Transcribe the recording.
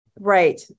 Right